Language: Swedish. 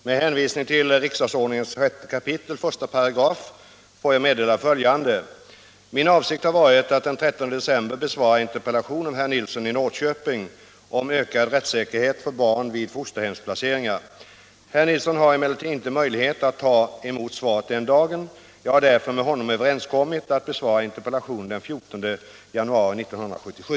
Min avsikt har varit att den 13 december besvara interpellation av herr Nilsson i Norrköping om ökad rättssäkerhet för barn vid fosterhemsplaceringar. Herr Nilsson har emellertid inte möjlighet att ta emot svaret den dagen. Jag har därför med honom överenskommit om att besvara interpellationen den 14 januari 1977.